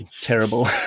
terrible